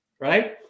right